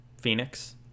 Phoenix